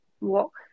walk